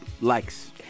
likes